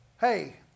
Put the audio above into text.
hey